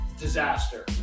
disaster